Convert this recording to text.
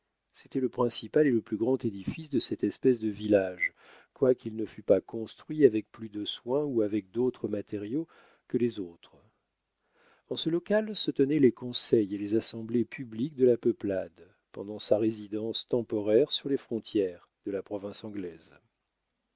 c'était le principal et le plus grand édifice de cette espèce de village quoiqu'il ne fût pas construit avec plus de soin ou avec d'autres matériaux que les autres en ce local se tenaient les conseils et les assemblées publiques de la peuplade pendant sa résidence temporaire sur les frontières de la province anglaise